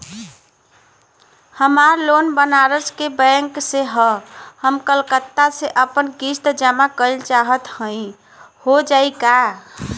हमार लोन बनारस के बैंक से ह हम कलकत्ता से आपन किस्त जमा कइल चाहत हई हो जाई का?